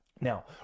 Now